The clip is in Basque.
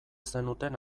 zenuten